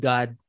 God